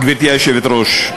גברתי היושבת-ראש,